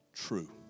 True